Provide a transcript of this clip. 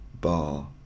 bar